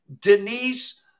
Denise